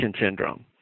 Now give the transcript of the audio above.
syndrome